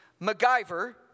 MacGyver